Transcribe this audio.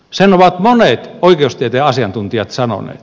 sen ovat monet oikeustieteen asiantuntijat sanoneet